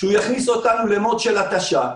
שיכניס אותנו ל-mode של התשה,